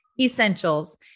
essentials